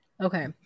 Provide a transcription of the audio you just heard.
okay